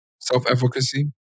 self-efficacy